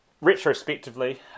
Retrospectively